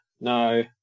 no